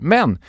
Men